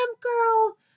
girl